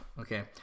okay